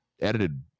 edited